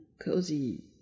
cozy